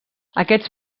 aquests